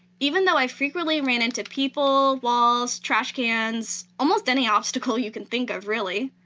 even though i frequently ran into people, walls, trashcans, almost any obstacle you can think of, really.